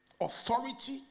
authority